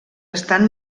estan